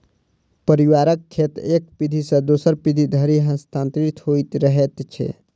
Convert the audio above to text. पारिवारिक खेत एक पीढ़ी सॅ दोसर पीढ़ी धरि हस्तांतरित होइत रहैत छै